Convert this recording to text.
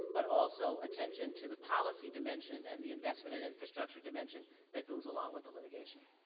but also attention to the policy dimension and the investment and infrastructure dimension that goes along with the litigation.